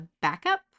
backup